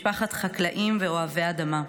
משפחת חקלאים ואוהבי אדמה.